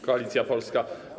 Koalicja Polska.